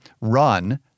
run